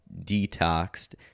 detoxed